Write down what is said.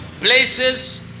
places